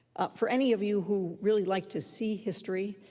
for any of you who really like to see history,